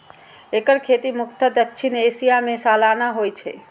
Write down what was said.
एकर खेती मुख्यतः दक्षिण एशिया मे सालाना होइ छै